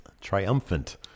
triumphant